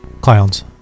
Clowns